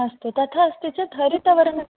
अस्तु तथा अस्ति चेत् हरितवर्णः